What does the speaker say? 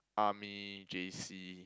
army J_C